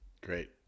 Great